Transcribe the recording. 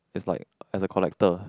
is like as a collector